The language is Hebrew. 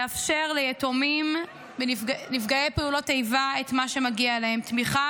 לאפשר ליתומים ולנפגעי פעולות איבה את מה שמגיע להם: תמיכה,